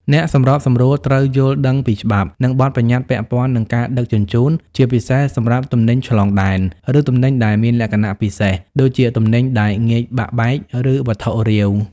អ្នកសម្របសម្រួលត្រូវយល់ដឹងពីច្បាប់ និងបទប្បញ្ញត្តិពាក់ព័ន្ធនឹងការដឹកជញ្ជូន ជាពិសេសសម្រាប់ទំនិញឆ្លងដែន ឬទំនិញដែលមានលក្ខណៈពិសេស ដូចជាទំនិញដែលងាយបាក់បែក ឬវត្ថុរាវ។